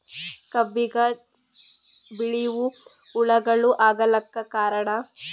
ಕಬ್ಬಿಗ ಬಿಳಿವು ಹುಳಾಗಳು ಆಗಲಕ್ಕ ಕಾರಣ?